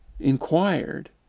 inquired